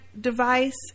device